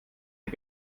die